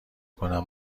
کنم